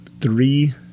three